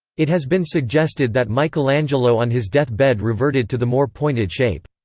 it has been suggested that michelangelo on his death bed reverted to the more pointed shape.